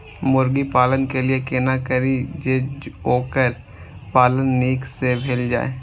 मुर्गी पालन के लिए केना करी जे वोकर पालन नीक से भेल जाय?